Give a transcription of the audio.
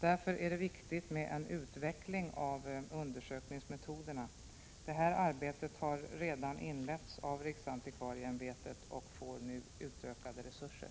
Därför är det viktigt med en utveckling av undersökningsmetoderna — det arbetet har redan inletts av riksantikvarieämbetet och får nu utökade resurser.